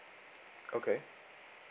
okay